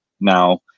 Now